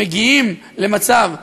מגיעים למצב סיעודי,